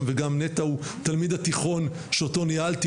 וגם נטע הוא תלמיד התיכון שאותו ניהלתי,